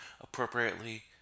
appropriately